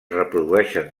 reprodueixen